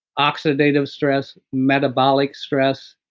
oxidative stress, metabolic stress,